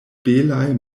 belaj